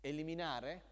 Eliminare